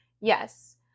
Yes